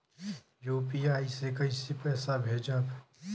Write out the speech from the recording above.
UPI से कईसे पैसा भेजब?